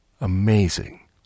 Amazing